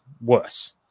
worse